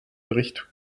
bericht